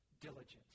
diligence